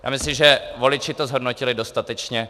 A myslím, že voliči to zhodnotili dostatečně.